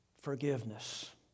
forgiveness